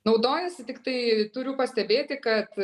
naudojasi tiktai turiu pastebėti kad